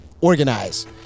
Organize